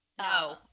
No